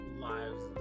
lives